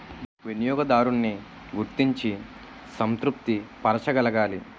వినియోగదారున్ని గుర్తించి సంతృప్తి పరచగలగాలి